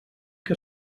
que